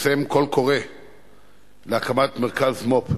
פרסם קול קורא להקמת מרכז מו"פ,